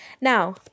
Now